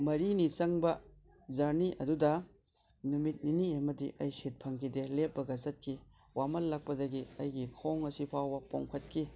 ꯃꯔꯤꯅꯤ ꯆꯪꯕ ꯖꯔꯅꯤ ꯑꯗꯨꯗ ꯅꯨꯃꯤꯠ ꯅꯤꯅꯤ ꯑꯃꯗꯤ ꯑꯩ ꯁꯤꯠ ꯐꯪꯈꯤꯗꯦ ꯂꯦꯞꯄꯒ ꯆꯠꯈꯤ ꯋꯥꯃꯜꯂꯛꯄꯗꯒꯤ ꯑꯩꯒꯤ ꯈꯣꯡ ꯑꯁꯤꯐꯥꯎꯕ ꯄꯣꯝꯈꯠꯈꯤ